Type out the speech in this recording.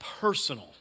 personal